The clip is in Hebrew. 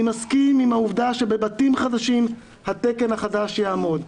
אני מסכים עם העובדה שבבתים חדשים התקן החדש יעמוד.